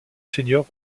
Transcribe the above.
seigneur